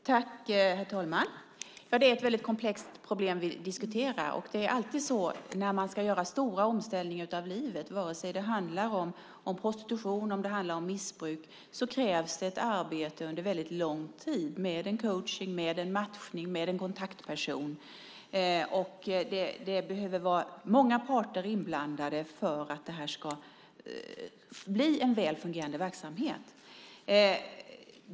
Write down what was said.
Herr talman! Det är ett väldigt komplext problem vi diskuterar. Det är alltid så här när man ska göra stora omställningar i livet. Vare sig det handlar om prostitution eller missbruk krävs det ett arbete under en väldigt lång tid, med coachning, med matchning, med en kontaktperson. Det behöver vara många parter inblandade för att det här ska bli en väl fungerande verksamhet.